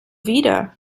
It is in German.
wieder